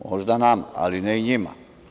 Možda nama, ali ne i njima.